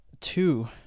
two